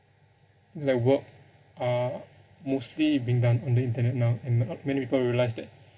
things like work are mostly being done on the internet now and not many people realise that